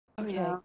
Okay